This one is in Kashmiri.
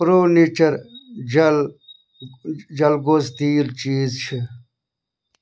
پرو نیٚچَر جَل جلگوز تیٖل چیٖز چھِ